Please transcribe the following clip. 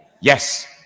Yes